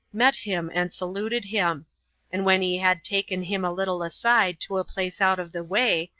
met him and saluted him and when he had taken him a little aside to a place out of the way,